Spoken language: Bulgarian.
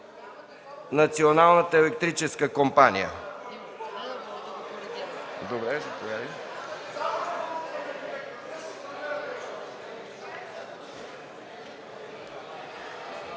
Националната електрическа компания?